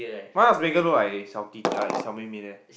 why does Megan look like a 小弟 uh 小妹妹 there